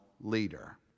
leader